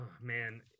man